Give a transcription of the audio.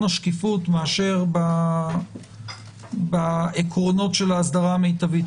השקיפות מאשר בעקרונות של האסדרה המיטבית.